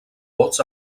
vots